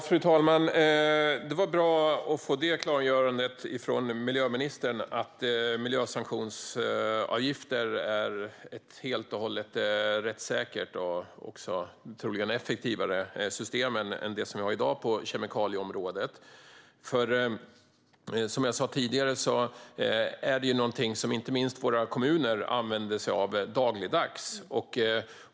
Fru talman! Det var bra att få det klargörandet från miljöministern: att miljösanktionsavgifter är ett helt och hållet rättssäkert system och troligen ett effektivare system än det som vi har i dag på kemikalieområdet. Som jag sa tidigare är detta någonting som inte minst våra kommuner använder sig av dagligdags.